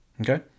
Okay